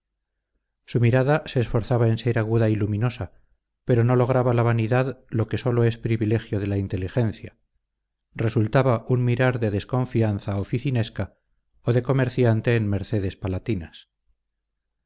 su mirada se esforzaba en ser aguda y luminosa pero no lograba la vanidad lo que sólo es privilegio de la inteligencia resultaba un mirar de desconfianza oficinesca o de comerciante en mercedes palatinas